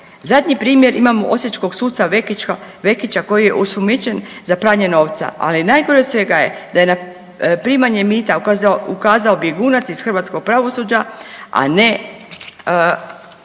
Zadnji primjer imamo osječkog suca Vekića koji je osumnjičen za pranje novca, ali najgore od svega je da je na primanje mita ukazao bjegunac iz hrvatskog pravosuđa, a ne